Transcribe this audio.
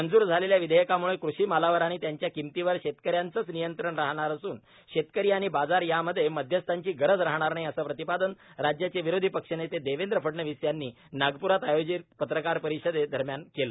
मंजूर झालेल्या विधेयकाम्ळे कृषीमालावर आणि त्याच्या किमतीवर शेतकऱ्यांच्याच नियंत्रण राहणार असून शेतकरी आणि बाजार यांच्यामध्ये मध्यस्थांची गरज राहणार नाही असे प्रतिपादन राज्याचे विरोधी पक्ष नेते देवेंद्र फडणवीस यांनी नागप्रात आयोजित पत्रकार परिषदे दरम्यान आज केलं